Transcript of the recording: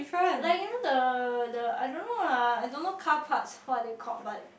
like you know the the I don't know lah I don't know car parts what are they called but